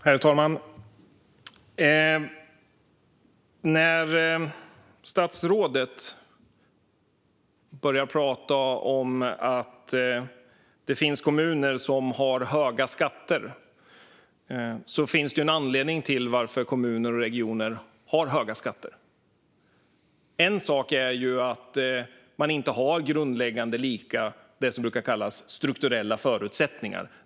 Herr talman! När statsrådet börjar prata om att det finns kommuner som har höga skatter tänker jag att det finns en anledning till att kommuner och regioner har höga skatter. En anledning är att man inte har lika strukturella förutsättningar, som det brukar kallas.